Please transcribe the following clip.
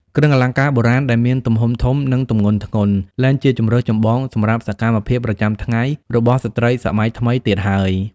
គ្រឿងអលង្ការបុរាណដែលមានទំហំធំ និងទម្ងន់ធ្ងន់ លែងជាជម្រើសចម្បងសម្រាប់សកម្មភាពប្រចាំថ្ងៃរបស់ស្ត្រីសម័យថ្មីទៀតហើយ។